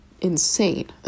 insane